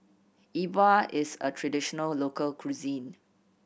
Yi Bua is a traditional local cuisine